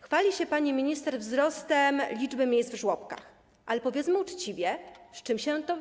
Chwali się pani minister wzrostem liczby miejsc w żłobkach, ale powiedzmy uczciwie, z czym się to wiąże.